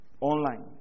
online